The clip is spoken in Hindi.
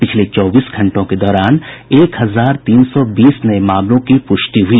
पिछले चौबीस घंटों के दौरान एक हजार तीन सौ बीस नये मामलों की प्रष्टि हुई